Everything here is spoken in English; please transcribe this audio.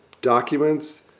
documents